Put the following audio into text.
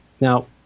now